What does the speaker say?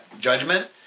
judgment